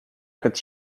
cât